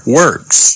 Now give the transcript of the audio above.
works